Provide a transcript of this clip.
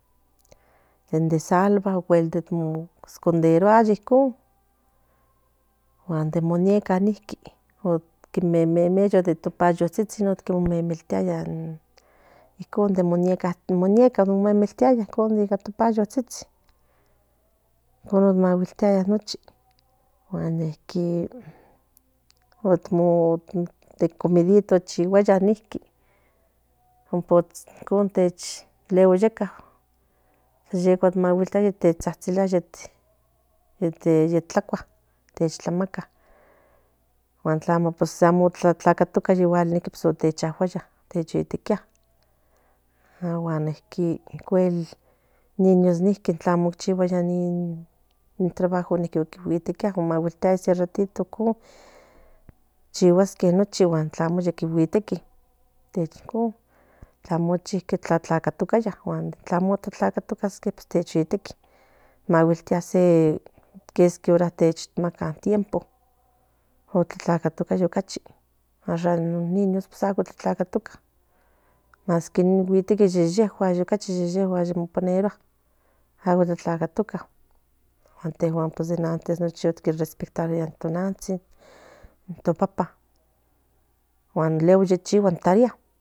In den salva ocuel de osconderualla icon de muñeca iqui memeltiaya in pato intopa icon maguiltia nochi den comidita iqui luego yka tetsatsiliaba te tlacuacua te tlamaca guan amo pues amo tlatlatoca me chajuaya ocuel un niños ninqui amo ochicqie in trabajo maguitiaya se ratito icon chigasque o tlamo ni yiguiteki de icon tlamo tlatlatoca pues amo tlatlatoca pues ye guitequi kieski ora techamaca tiempo o tlacatoca ahora in niños amo tlatlatoca in macati in sheshejua in maca aguel tlacatoca pues intenta den antes respetaría in no nantsin no papan y luego nechiguas in tarea